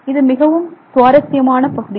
இது மிகவும் சுவாரஸ்யமான பகுதி